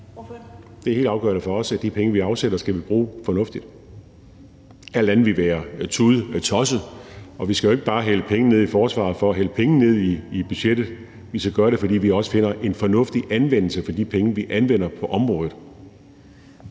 Det er helt afgørende for os, at de penge, vi afsætter, skal vi bruge fornuftigt. Alt andet vil være tudetosset. Vi skal jo ikke bare hælde penge ned i forsvaret for at hælde penge ned i budgettet; vi skal gøre det, fordi vi også finder en fornuftig anvendelse for de penge, vi anvender på området.